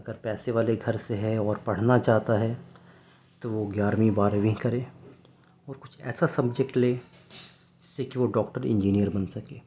اگر پیسے والے گھر سے ہے اور پڑھنا چاہتا ہے تو گیارہویں بارہویں کرے اور کچھ ایسا سبجیکٹ لے جس سے کہ وہ ڈاکٹر انجینئر بن سکے